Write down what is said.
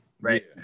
right